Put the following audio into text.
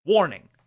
Warning